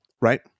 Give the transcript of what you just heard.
right